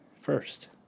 first